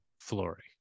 Flory